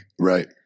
Right